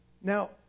Now